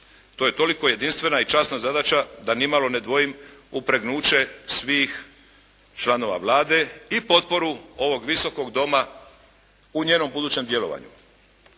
To je toliko jedinstvena i časna zadaća da ni malo ne dvojim, upregnuće svih članova Vlade i potporu ovog Visokog doma u njenom budućem djelovanju.